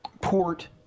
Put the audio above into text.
port